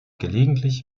gelegentlich